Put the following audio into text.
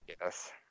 Yes